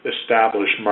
established